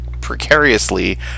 precariously